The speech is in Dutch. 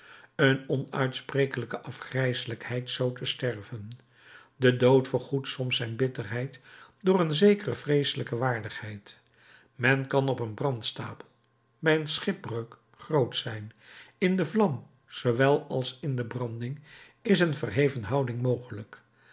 een onuitsprekelijke afgrijselijkheid zoo te sterven de dood vergoedt soms zijn bitterheid door een zekere vreeselijke waardigheid men kan op een brandstapel bij een schipbreuk groot zijn in de vlam zoowel als in de branding is een verheven houding mogelijk